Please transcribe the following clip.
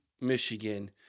Michigan